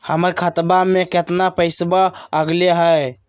हमर खतवा में कितना पैसवा अगले हई?